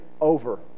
over